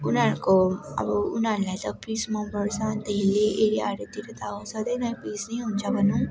उनीहरूको अब उनीहरूलाई त पिस मन पर्छ अन्त हिल एरियाहरूतिर त सधैँ नै पिसै हुन्छ भनौँ